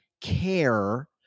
care